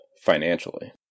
financially